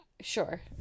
Sure